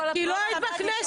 כי לא היית בכנסת.